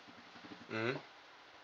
mm